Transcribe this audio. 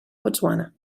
botswana